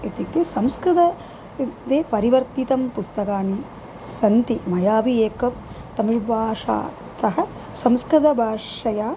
इत्युक्ते संस्कृते ते परिवर्तितं पुस्तकानि सन्ति मयापि एकं तमिळ् भाषातः संस्कृतभाषया